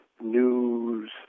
news